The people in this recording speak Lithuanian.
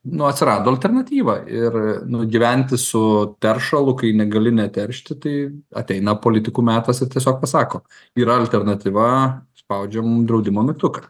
nu atsirado alternatyva ir nu gyventi su teršalu kai negali neteršti tai ateina politikų metas ir tiesiog pasako yra alternatyva spaudžiam draudimo mygtuką